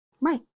Right